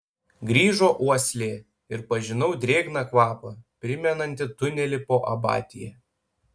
grįžo uoslė ir pažinau drėgną kvapą primenantį tunelį po abatija